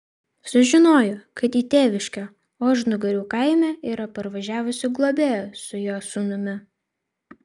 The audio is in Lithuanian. sužinojo kad į tėviškę ožnugarių kaime yra parvažiavusi globėja su jo sūnumi